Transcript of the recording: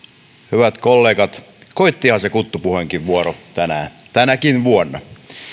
hyvät kollegat koittihan se kuttupuheenkin vuoro tänään tänäkin vuonna